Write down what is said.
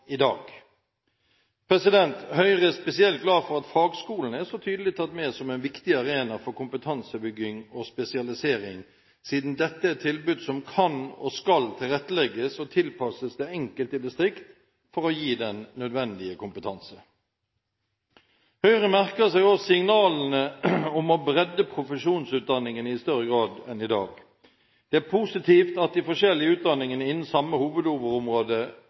i dag. Høyre er spesielt glad for at fagskolene er så tydelig tatt med som en viktig arena for kompetansebygging og spesialisering, siden dette er et tilbud som kan og skal tilrettelegges og tilpasses det enkelte distrikt for å gi den nødvendige kompetanse. Høyre merker seg også signalene om å bredde profesjonsutdanningene i større grad enn i dag. Det er positivt at de forskjellige utdanningene innen samme